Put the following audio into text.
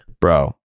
Bro